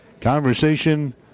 conversation